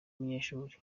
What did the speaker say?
umunyeshuli